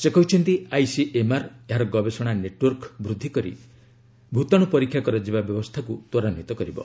ସେ କହିଛନ୍ତି ଆଇସିଏମ୍ଆର୍ ଏହାର ଗବେଷଣା ନେଟୱର୍କ ବୃଦ୍ଧି କରି ଭୂତାଣୁ ପରୀକ୍ଷା କରାଯିବା ବ୍ୟବସ୍ଥାକୁ ତ୍ୱରାନ୍ୱିତ କରିବ